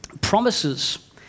Promises